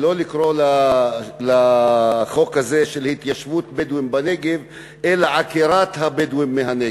ולא לקרוא לחוק הזה חוק התיישבות הבדואים בנגב אלא עקירת הבדואים מהנגב,